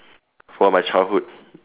for my childhood